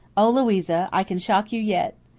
oh, louisa, i can shock you yet.